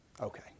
Okay